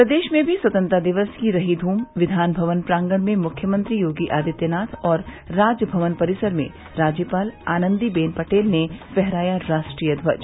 प्रदेश में भी स्वतंत्रता दिवस की रही धूम विधान भवन प्रांगण में मुख्यमंत्री योगी आदित्यनाथ और राजभवन परिसर में राज्यपाल आनंदी बेन पटेल ने फहराया राष्ट्रीय ध्वज